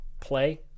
play